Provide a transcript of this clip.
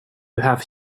have